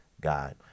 god